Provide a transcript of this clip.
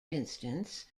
instance